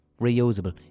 reusable